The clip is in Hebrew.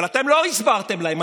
אבל אתם לא הסברתם להם,